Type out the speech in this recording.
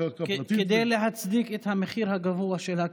כדי להצדיק את המחיר הגבוה של הקרקע.